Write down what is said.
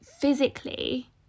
physically